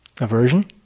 aversion